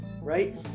right